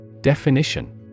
Definition